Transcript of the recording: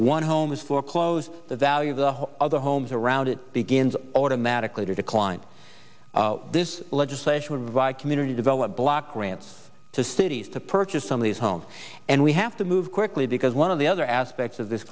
one homes foreclosed the value of the other homes around it begins automatically to decline this legislation or via community develop block grants to cities to purchase some of these homes and we have to move quickly because one of the other aspects of this